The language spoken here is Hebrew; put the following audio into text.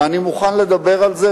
ואני מוכן לתאר לך,